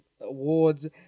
awards